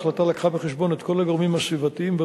בהחלטה הובאו בחשבון כל הגורמים הסביבתיים,